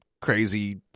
crazy